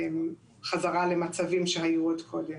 חזרה למצבים שהיו עוד קודם.